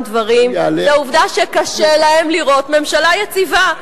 דברים זו העובדה שקשה להם לראות ממשלה יציבה.